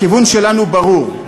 הכיוון שלנו ברור: